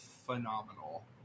phenomenal